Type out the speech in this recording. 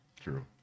True